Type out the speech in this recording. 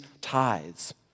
tithes